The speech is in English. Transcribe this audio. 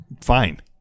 fine